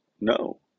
no